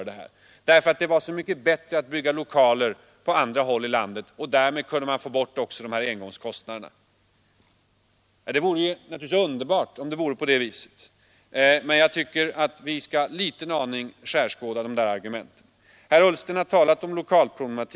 Det skulle gå så mycket bättre att bygga lokaler på andra håll i landet och därmed kunde man tydligen bortse också från engångskostnaderna. Det vore naturligtvis underbart om det vore på det viset, men jag tycker att vi skall skärskåda de argumenten en liten aning. För det första har vi lokalproblematiken.